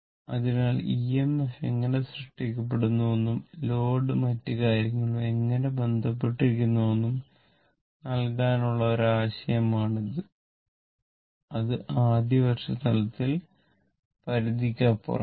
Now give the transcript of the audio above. അതിനാൽ EMF എങ്ങനെ സൃഷ്ടിക്കപ്പെടുന്നുവെന്നും ലോഡും മറ്റ് കാര്യങ്ങളും എങ്ങനെ ബന്ധപ്പെട്ടിരിക്കുന്നുവെന്നും നൽകാനുള്ള ഒരു ആശയമാണിത് അത് ആദ്യ വർഷ തലത്തിൽ പരിധിക്കപ്പുറമാണ്